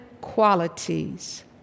qualities